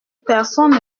personne